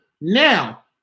Now